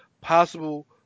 possible